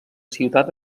ciutat